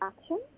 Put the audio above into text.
action